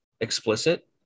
Explicit